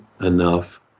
enough